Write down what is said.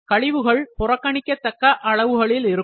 கழிவுகள் புறக்கணிக்க தக்க அளவுகளில் இருக்கும்